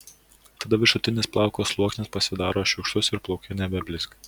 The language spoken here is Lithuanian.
tada viršutinis plauko sluoksnis pasidaro šiurkštus ir plaukai nebeblizga